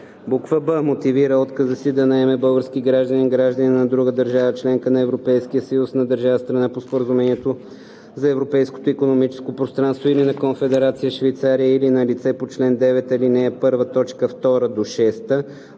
б) мотивира отказа си да наеме български гражданин, гражданин на друга държава – членка на Европейския съюз, на държава – страна по Споразумението за Европейското икономическо пространство, или на Конфедерация Швейцария или на лице по чл. 9, ал. 1, т.